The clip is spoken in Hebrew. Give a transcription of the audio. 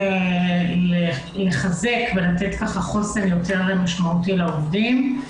לחזק ולתת חוסן יותר משמעותי לעובדים.